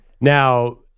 Now